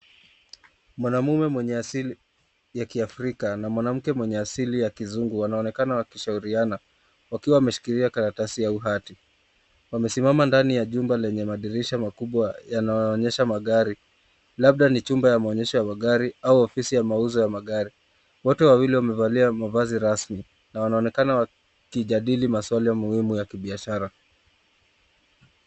Mwanamume mwenye asili ya kiafrika na mwanamke mwenye asili ya kizungu wanaonekana wakishauriana wakiwa wameshikilia karatasi ya uhati. Wamesimama ndani ya jumba lenye madirisha makubwa yanayoonyesha magari. Labda ni jumba la maonyesho ya magari au ofisi ya mauzo ya magari. wote wawili wamevalia mavazi rasmi na wanaonekana wakijadili maswala muhimu ya kibiashara.